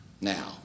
Now